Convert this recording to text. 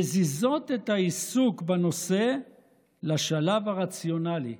מזיזים את העיסוק בנושא לשלב הרציונלי,